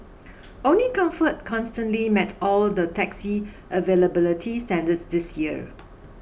only comfort consistently met all the taxi availability standards this year